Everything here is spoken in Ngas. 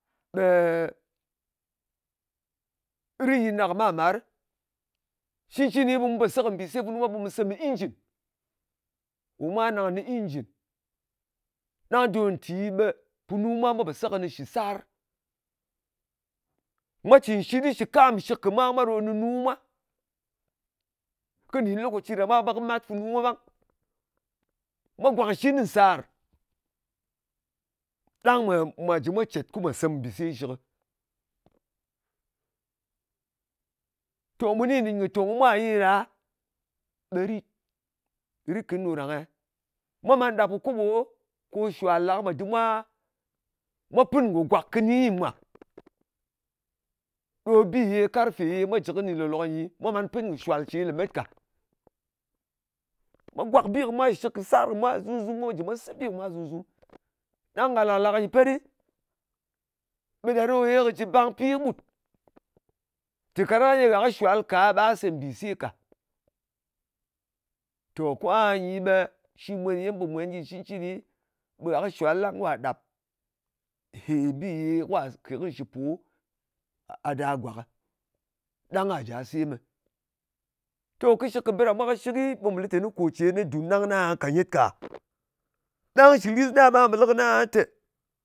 Ɓe. Rit yit na ka mar-màrɨ. Cɨn cɨni ɓu pò se kɨ mbìse funu mwa ɓe mu sè mɨ injin. Ò mwa nang nɨ injɨn. Ɗang don nti, ɓe punu mwa pò se kɨnɨ shi sar. Mwa cɨn shit shɨ kam nshɨk mwa ɗo nunu mwa. Kɨ nɗin lokaci ma, ɓe kɨ mat funu mwa ɓang. Mwa gwàk shɨn nsàr ɗang mwà jɨ mwa cèt ko mwà se mbise shɨshɨk ghɨ. To mu ni nɗin kɨ̀ tòng kɨ mwa ye ɗa, ɓe rit. Rit kɨni ɗo ɗang-e? Mwa man ɗap kɨ koɓo, ɗo shuwal ɗa, ko mwa dɨm mwa pin ngò gwak kɨni mwa. Ko bi ye karfe ye mwa jɨ kɨnɨ lòk-lok nyi, mwa man pɨn kɨ shuwal ce lemet. Mwa gwak bi kɨ mwa shɨk kɨ sar kɨ mwa zum-zum ko mwa jɨ mwa sè bi kɨ mwa, zum-zum. Ɗang ka làk nyɨ petɗi, ɓe ɗa ɗo kɨ jɨ bak pi kɨɓut. Tè kaɗang yè gha kɨ shuwal ka, ɓa se mbìse ka. To ko ahanyi, ɓe shìt ɗo ye mu pò mwenɨ gyi cɨn cɨni, ɓe gha kɨ shuwal ɗang ka ɗàp nhè bì yē kwà kè kɨnɨ shɨ po a da gwàkɨ, ɗang kà jà semɨ. To, kɨshɨk kɨ bɨɗa mwa kɨshɨkɨ, ɓe mù lɨ teni kò ce nɨ dùn ɗang nɨ aha kà nyet ka. Ɗang shɨ lɨs na ɓa pò lí kɨnɨ tè,